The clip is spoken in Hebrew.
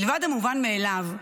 מלבד המובן מאליו,